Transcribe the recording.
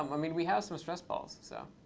um i mean, we have some stress balls. so